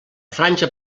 franja